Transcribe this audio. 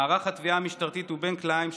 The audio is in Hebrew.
מערך התביעה המשטרית הוא בן כלאיים,